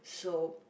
so